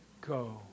go